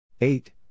Eight